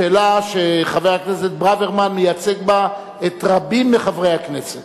שאלה שחבר הכנסת ברוורמן מייצג בה את רבים מחברי הכנסת.